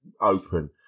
open